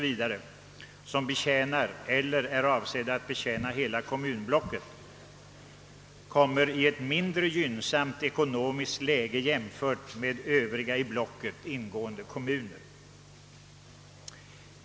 v., vilka betjänar eller är avsedda att betjäna hela kommunblocket, kommer i ett mindre gynnsamt ekonomiskt läge än övriga i blocket ingående kommuner.